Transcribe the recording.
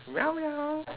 meow meow